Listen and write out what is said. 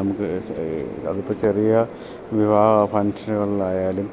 നമുക്ക് അതിപ്പോൾ ചെറിയ വിവാഹം ഫങ്ഷനുകളിൽ ആയാലും